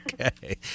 Okay